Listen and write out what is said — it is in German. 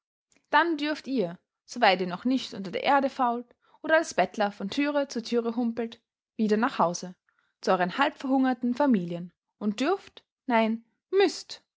dann dürft ihr soweit ihr noch nicht unter der erde fault oder als bettler von türe zu türe humpelt wieder nach hause zu euren halbverhungerten familien und dürft nein müßt